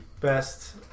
best